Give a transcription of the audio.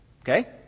Okay